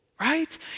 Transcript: right